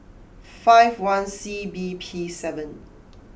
five one C B P seven